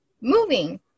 moving